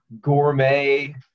gourmet